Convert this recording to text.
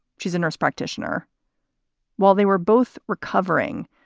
she's a nurse practitioner while they were both recovering.